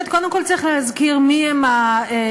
שקודם כול צריך להזכיר מי הם ה"לקוחות"